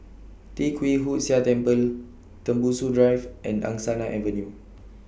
Tee Kwee Hood Sia Temple Tembusu Drive and Angsana Avenue